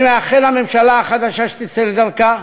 אני מאחל לממשלה החדשה שתצא לדרכה,